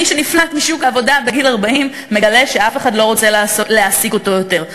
מי שנפלט משוק העבודה בגיל 40 מגלה שאף אחד לא רוצה להעסיק אותו יותר.